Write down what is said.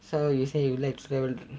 so you say you let's